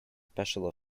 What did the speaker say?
special